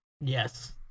Yes